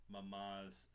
Mama's